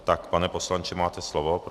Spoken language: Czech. Tak, pane poslanče, máte slovo.